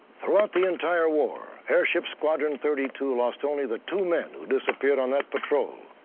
throughout the entire war, airship squadron thirty two lost only the two men who disappeared on that patrol.